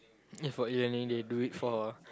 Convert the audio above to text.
if for e-learning they do it for